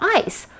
ice